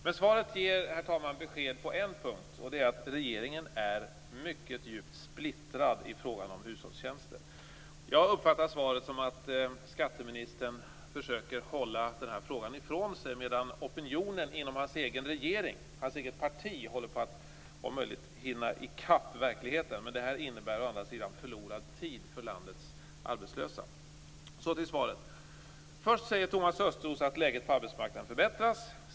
Men svaret ger, herr talman, besked på en punkt, och det är att regeringen är mycket djupt splittrad i fråga om beskattningen av hushållstjänster. Jag uppfattar svaret så, att skatteministern försöker att hålla den här frågan ifrån sig, medan opinionen inom hans eget parti håller på att om möjligt hinna i kapp verkligheten. Detta innebär å andra sidan förlorad tid för landets arbetslösa. Så till svaret! Först säger Thomas Östros att läget på arbetsmarknaden förbättrats.